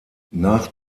nach